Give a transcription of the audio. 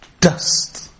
dust